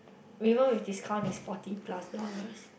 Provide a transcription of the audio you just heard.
we haven't with discount is forty plus dollars